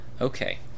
Okay